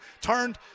turned